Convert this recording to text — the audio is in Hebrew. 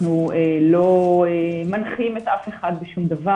אנחנו לא מנחים אף אחד בשום דבר.